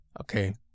okay